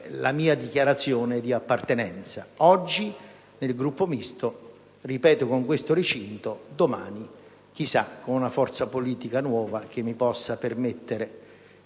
la mia dichiarazione di appartenenza. Oggi nel Gruppo Misto con questo recinto, domani chissà, con una forza politica nuova che mi possa permettere,